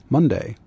Monday